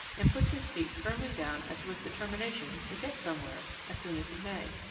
and puts his feet firmly down as with determination to get somewhere as soon as he may.